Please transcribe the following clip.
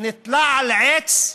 ונתלה על עץ,